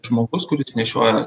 žmogus kuris nešioja